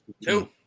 Two